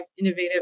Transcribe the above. innovative